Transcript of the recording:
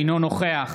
אינו נוכח